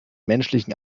menschlichen